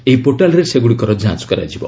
ଏହି ପୋର୍ଟାଲ୍ରେ ସେଗୁଡ଼ିକର ଯାଞ୍ଚ କରାଯିବ